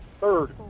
third